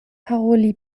paroli